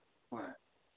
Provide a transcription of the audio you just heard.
ꯍꯣꯏ